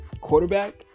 quarterback